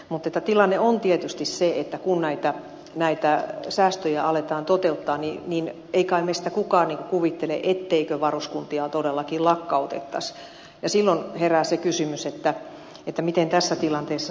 mutta tilanne on tietysti se että kun näitä säästöjä aletaan toteuttaa niin ei kai meistä kukaan kuvittele ettei varuskuntia todellakin lakkautettaisi ja silloin herää se kysymys miten tässä tilanteessa sitten toimitaan